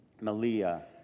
Malia